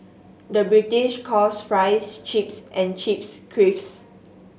the British calls fries chips and chips